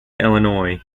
illinois